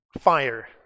Fire